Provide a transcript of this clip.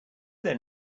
there